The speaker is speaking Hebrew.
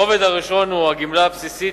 הרובד הראשון הוא הגמלה הבסיסית,